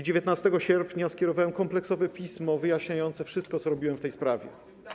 19 sierpnia skierowałem kompleksowe pismo wyjaśniające wszystko, co robiłem w tej sprawie.